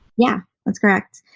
yeah, that's correct.